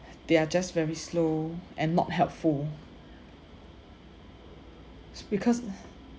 they're just very slow and not helpful s~ because